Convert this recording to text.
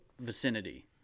vicinity